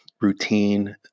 routine